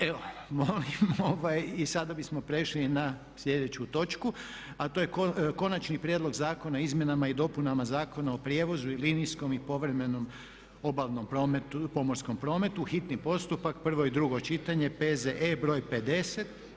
Evo i sada bismo prešli na slijedeću točku, a to je: - Konačni prijedlog Zakona o izmjenama i dopunama Zakona o prijevozu u linijskom i povremenom obalnom pomorskom prometu, hitni postupak, prvo i drugo čitanje, P.Z.E.BR.50.